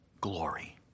glory